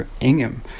Ingham